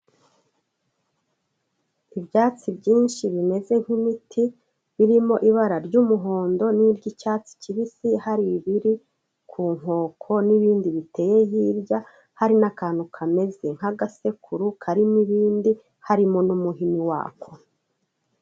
Ibyatsi byinshi bimeze nk'imiti birimo ibara ry'umuhondo n'iry'icyatsi kibisi hari ibiri ku nkoko n'ibindi biteye hirya, hari n'akantu kameze nk'agasekuru karimo ibindi, harimo n'umuhini wako.